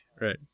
Right